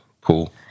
cool